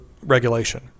regulation